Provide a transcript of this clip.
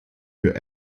für